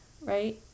right